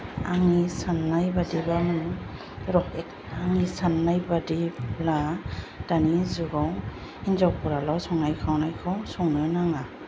आंनि साननाय बादिब्ला माने आंनि साननाय बादिब्ला दानि जुगाव हिनजावफोराल' संनाय खावनायखौ संनो नाङा